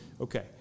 Okay